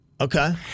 Okay